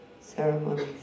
Ceremonies